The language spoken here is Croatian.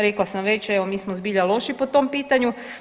Rekla sam već evo mi smo zbilja loši po tom pitanju.